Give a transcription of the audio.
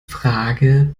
frage